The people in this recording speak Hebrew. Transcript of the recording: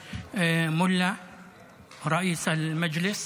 אנחנו שוב נדבר על בעיות תכנון ובנייה.